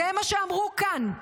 זה מה שאמרו כאן.